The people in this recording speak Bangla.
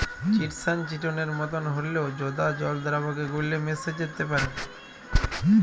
চিটসান চিটনের মতন হঁল্যেও জঁদা জল দ্রাবকে গুল্যে মেশ্যে যাত্যে পারে